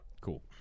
Cool